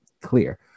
clear